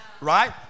right